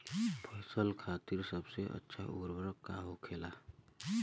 फसल खातीन सबसे अच्छा उर्वरक का होखेला?